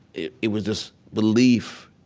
it it was this belief